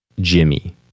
Jimmy